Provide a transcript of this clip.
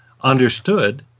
understood